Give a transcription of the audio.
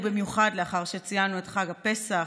ובמיוחד לאחר שציינו את חג הפסח,